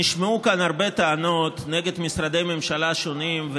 נשמעו כאן הרבה טענות נגד משרדי ממשלה שונים,